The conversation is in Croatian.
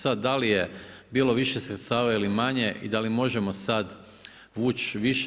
Sada da li je bilo više sredstava ili manje i da li možemo sada vuć više?